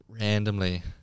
randomly